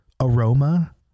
Aroma